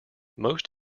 most